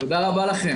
הישיבה ננעלה בשעה